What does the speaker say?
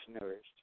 nourished